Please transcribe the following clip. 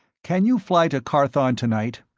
can you fly to carthon tonight?